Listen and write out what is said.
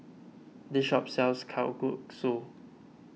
this shop sells Kalguksu